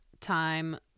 time